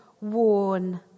worn